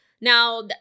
Now